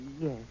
Yes